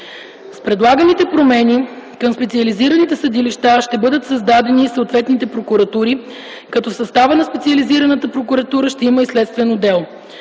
С предлаганите промени към специализираните съдилища ще бъдат създадени и съответните прокуратури, като в състава на специализираната прокуратура ще има следствен отдел.